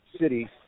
city